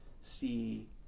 see